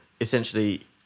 essentially